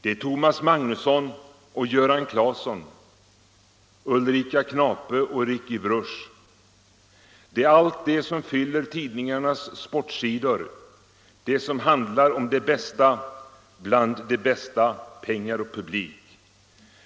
Det är Thomas Magnusson och Göran Claesson, Ulrika Knape och Ricky Bruch. Det är allt det som fyller tidningarnas sportsidor, det som handlar om de bästa bland de bästa, pengar och publik.